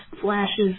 flashes